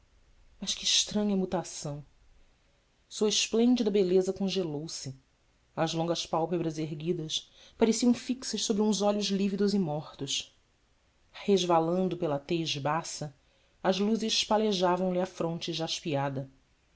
mas que estranha mutação sua esplêndida beleza congelou se as longas pálpebras erguidas pareciam fixas sobre uns olhos lívidos e mortos resvalando pela tez baça as luzes palejavam lhe a fronte jaspeada